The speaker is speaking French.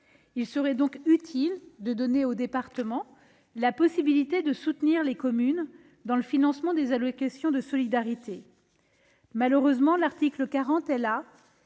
Il serait donc utile de donner aux départements la possibilité de soutenir les communes dans le financement des allocations de solidarité. Malheureusement, l'article 40 est là,